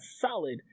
solid